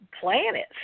planets